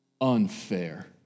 unfair